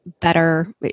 better